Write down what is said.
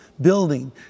building